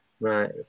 Right